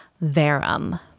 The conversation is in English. verum